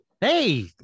Hey